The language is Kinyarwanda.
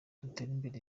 duterimbere